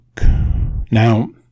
Now